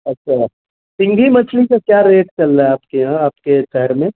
اچھا سنگھی مچھلی کا کیا ریٹ چل رہا ہے آپ کے یہاں آپ کے شہر میں